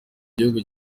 gihugu